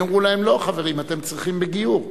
יאמרו להם: לא, חברים, אתם צריכים גיור.